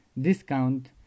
discount